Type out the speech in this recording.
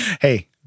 Hey